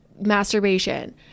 masturbation